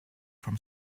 from